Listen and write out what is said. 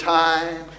time